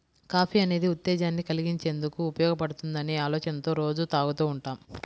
coffee అనేది ఉత్తేజాన్ని కల్గించేందుకు ఉపయోగపడుతుందనే ఆలోచనతో రోజూ తాగుతూ ఉంటాం